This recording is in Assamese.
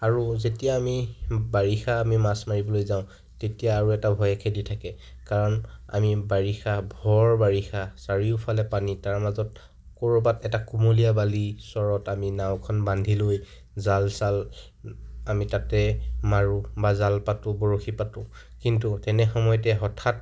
আৰু যেতিয়া আমি বাৰিষা আমি মাছ মাৰিবলৈ যাওঁ তেতিয়া আৰু এটা ভয়ে খেদি থাকে কাৰণ আমি বাৰিষা ভৰ বৰিষা চাৰিওফালে পানী তাৰ মাজত কৰবাত এটা কুমলীয়া বালি চৰত আমি নাওখন বান্ধি লৈ জাল চাল আমি তাতে মাৰোঁ বা জাল পাতো বৰশী পাতো কিন্তু তেনে সময়তে হঠাৎ